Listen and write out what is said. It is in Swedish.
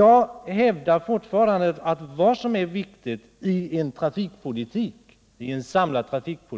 Jag hävdar fortfarande, att det viktiga i en samlad trafikpolitik